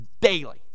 daily